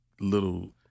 little